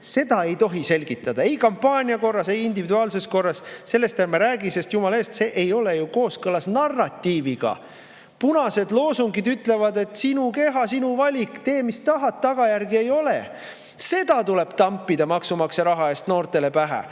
Seda ei tohi selgitada ei kampaania korras ega individuaalses korras. Sellest ärme räägime, sest jumala eest, see ei ole ju kooskõlas narratiiviga! Punased loosungid ütlevad, et sinu keha, sinu valik, tee, mis tahad, tagajärgi ei ole. Seda tuleb tampida maksumaksja raha eest noortele pähe,